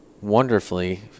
wonderfully